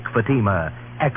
Fatima